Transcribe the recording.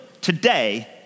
today